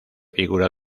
figura